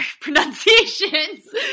pronunciations